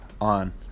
on